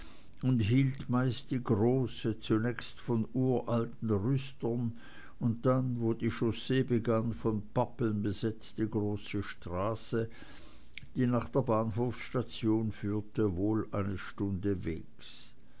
und hielt meist die große zunächst von uralten rüstern und dann wo die chaussee begann von pappeln besetzte große straße die nach der bahnhofsstation führte wohl eine stunde wegs